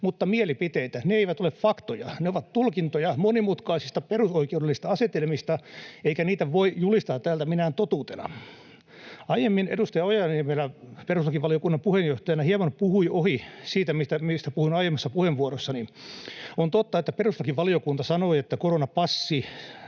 mutta mielipiteitä. Ne eivät ole faktoja, ne ovat tulkintoja monimutkaisista perusoikeudellisista asetelmista, eikä niitä voi julistaa täältä minään totuutena. Aiemmin edustaja Ojala-Niemelä perustuslakivaliokunnan puheenjohtajana hieman puhui ohi siitä, mistä puhuin aiemmassa puheenvuorossani. On totta, että perustuslakivaliokunta sanoi, että koronapassi